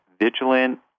vigilant